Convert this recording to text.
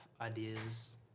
ideas